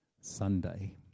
Sunday